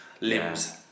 limbs